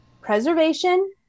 preservation